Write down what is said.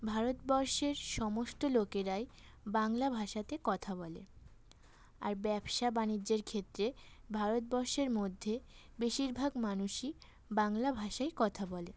ভারতবর্ষের সমস্ত লোকেরাই বাংলা ভাষাতে কথা বলে আর ব্যবসা বাণিজ্যের ক্ষেত্রে ভারতবর্ষের মধ্যে বেশিরভাগ মানুষই বাংলা ভাষায় কথা বলে